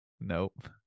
Nope